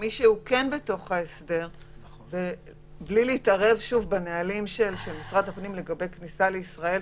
כמובן בלי להתערב בנהלים של משרד הפנים לגבי כניסה לישראל,